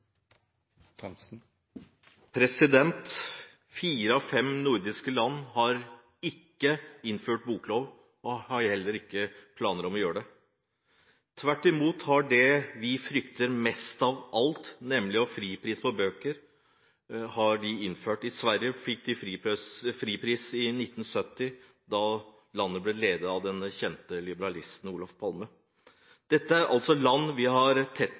gir. Fire av fem nordiske land har ikke innført boklov og har heller ikke planer om å gjøre det. Tvert imot har de innført det vi frykter mest av alt, nemlig fripris på bøker. I Sverige fikk de fripris i 1970, da landet ble ledet av den kjente liberalisten Olof Palme. Dette er altså land vi har